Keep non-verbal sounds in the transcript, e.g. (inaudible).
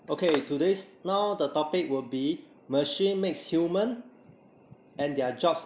okay (noise) today's now the topic will be machine makes human and their jobs